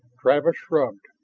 travis shrugged.